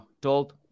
told